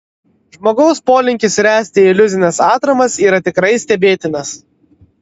žmogaus polinkis ręsti iliuzines atramas yra tikrai stebėtinas